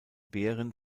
beeren